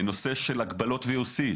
הגבלות VOC,